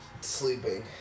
Sleeping